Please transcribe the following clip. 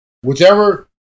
Whichever